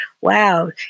wow